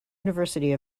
university